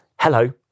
Hello